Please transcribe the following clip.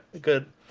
good